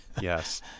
yes